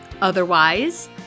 Otherwise